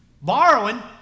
Borrowing